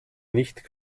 nicht